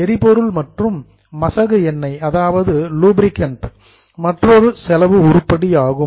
எரிபொருள் மற்றும் லூப்ரிகன்ட் மசகு எண்ணெய் மற்றொரு செலவு உருப்படியாகும்